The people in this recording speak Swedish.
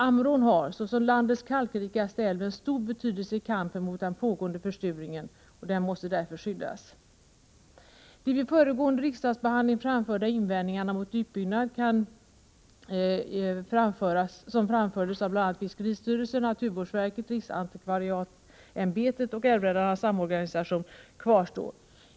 Ammerån har, såsom landets kalkrikaste älv, en stor betydelse i kampen mot den pågående försurningen och måste därför skyddas. De vid tidigare riksdagsbehandling framförda invändningarna mot utbyggnad som kom från bl.a. fiskeristyrelsen, naturvårdsverket, riksantikvarieämbetet och Älvräddarnas samorganisation, kvarstår.